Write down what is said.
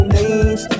names